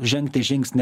žengti žingsnį